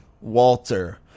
Walter